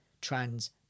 trans